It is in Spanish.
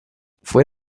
fue